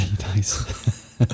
nice